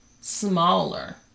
smaller